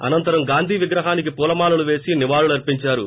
అనంతరం గాంధీ విగ్రహానికి పూలమాలలు పేసి నివాళులు అర్పించారు